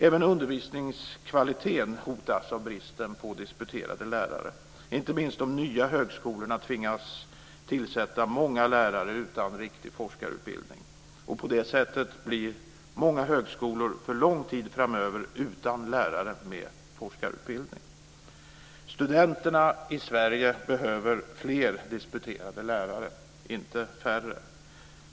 Även undervisningskvaliteten hotas av bristen på disputerade lärare. Inte minst de nya högskolorna tvingas tillsätta många lärare utan riktig forskarutbildning. På det sättet blir många högskolor för lång tid framöver utan lärare med forskarutbildning. Studenterna i Sverige behöver fler disputerade lärare, inte färre.